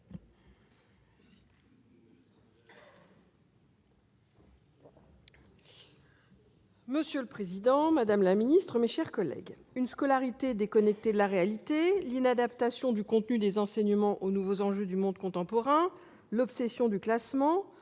Monsieur le président, madame la ministre, mes chers collègues, une scolarité déconnectée de la réalité, l'inadaptation du contenu des enseignements aux nouveaux enjeux du monde contemporain, l'obsession du classement,